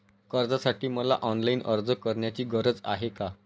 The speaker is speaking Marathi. कर्जासाठी मला ऑनलाईन अर्ज करण्याची गरज आहे का?